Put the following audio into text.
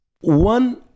one